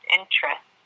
interest